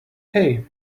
hey